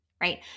Right